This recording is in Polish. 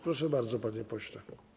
Proszę bardzo, panie pośle.